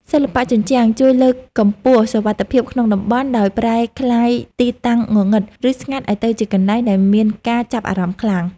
សិល្បៈជញ្ជាំងជួយលើកកម្ពស់សុវត្ថិភាពក្នុងតំបន់ ដោយប្រែក្លាយទីតាំងងងឹត ឬស្ងាត់ឱ្យទៅជាកន្លែងដែលមានការចាប់អារម្មណ៍ខ្លាំង។